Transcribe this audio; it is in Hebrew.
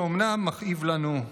שאומנם מכאיב לנו,